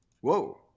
Whoa